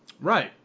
Right